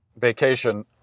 Vacation